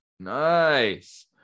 Nice